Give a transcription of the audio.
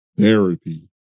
therapy